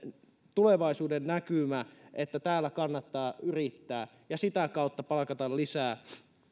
tulevaisuudennäkymä että täällä kannattaa yrittää ja sitä kautta palkata lisää